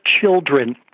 children